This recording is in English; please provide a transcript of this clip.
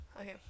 okay